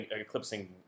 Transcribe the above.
eclipsing